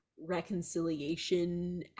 reconciliation